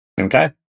Okay